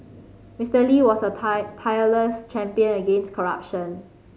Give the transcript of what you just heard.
Mister Lee was a tie tireless champion against corruption